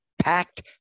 packed